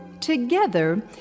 Together